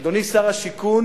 אדוני שר השיכון,